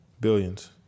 Billions